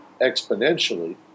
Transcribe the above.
exponentially